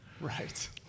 Right